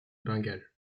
bengale